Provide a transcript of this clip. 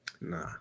Nah